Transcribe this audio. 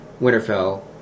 Winterfell